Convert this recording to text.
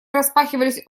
распахивались